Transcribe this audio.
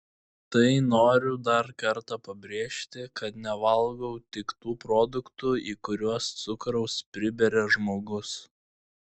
tai noriu dar kartą pabrėžti kad nevalgau tik tų produktų į kuriuos cukraus priberia žmogus